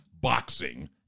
boxing